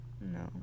No